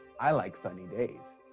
i like sunny days.